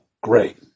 Great